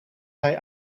hij